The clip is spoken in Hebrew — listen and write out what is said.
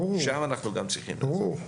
שם אנחנו גם צריכים לעשות.